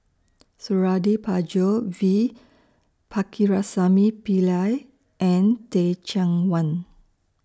Suradi Parjo V Pakirisamy Pillai and Teh Cheang Wan